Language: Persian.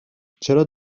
چرا